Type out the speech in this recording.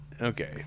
okay